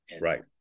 Right